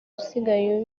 usigaye